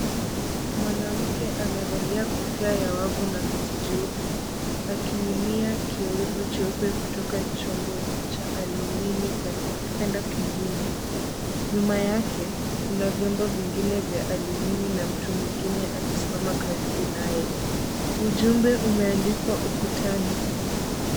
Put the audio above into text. Mwanamke amevalia kofia ya wavu na koti jeupe, akimimia kiyoyevu chupe kutoka chombo cha alumini kwenda kwingine. Nyuma yake kuna vyomba vingine vya alumini na mtu mwingine amesimama karibu naye. Ujumbe umeandikwa ukutani.